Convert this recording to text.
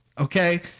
Okay